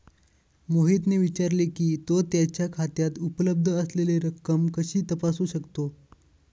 मोहितने विचारले की, तो त्याच्या खात्यात उपलब्ध असलेली रक्कम कशी तपासू शकतो?